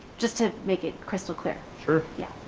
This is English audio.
just to make it crystal clear. sure. yeah.